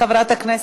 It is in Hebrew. חברת הכנסת,